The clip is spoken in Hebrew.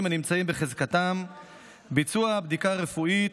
הנמצאים בחזקתם ביצוע בדיקה רפואית,